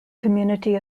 community